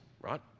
right